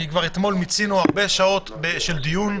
כי אתמול כבר מיצינו הרבה שעות של דיון.